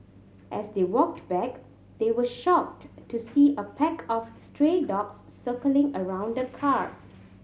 as they walked back they were shocked to see a pack of stray dogs circling around the car